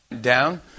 Down